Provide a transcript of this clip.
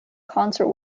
concert